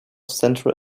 central